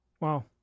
Wow